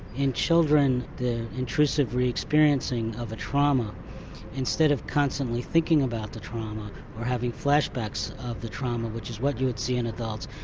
in children their intrusive re-experiencing of a trauma instead of constantly thinking about the trauma or having flashbacks of the trauma which is what you would see in adults,